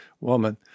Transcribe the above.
woman